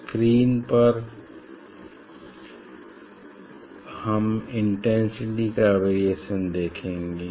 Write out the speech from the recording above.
screen पर हम intensity का वेरिएशन देखेंगे